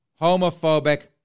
homophobic